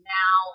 now